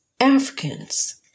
Africans